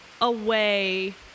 away